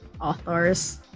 authors